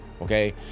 okay